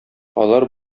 алар